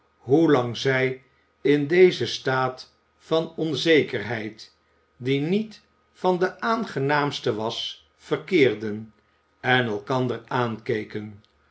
hoelang zij in dezen staat van onzekerheid die niet van de aangenaamste was verkeerden en elkander aankeken